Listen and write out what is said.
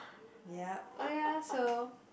ya oh ya so